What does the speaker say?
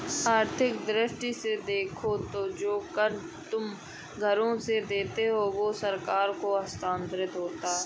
आर्थिक दृष्टि से देखो तो जो कर तुम घरों से देते हो वो सरकार को हस्तांतरित होता है